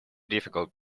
difficult